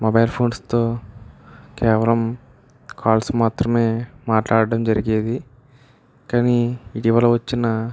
mobile ఫోన్స్తో కేవలం calls మాత్రమే మాట్లాడడం జరిగేది కానీ ఇటీవల వచ్చిన